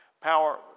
Power